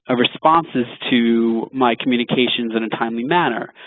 ah responses to my communications in a timely manner?